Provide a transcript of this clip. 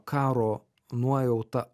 karo nuojauta